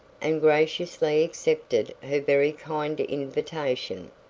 and graciously accepted her very kind invitation.